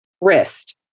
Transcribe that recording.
wrist